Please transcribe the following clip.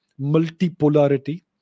Multipolarity